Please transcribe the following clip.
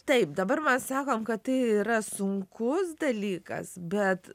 taip dabar mes sakom kad tai yra sunkus dalykas bet